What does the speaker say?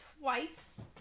twice